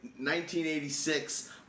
1986